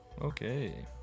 Okay